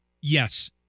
yes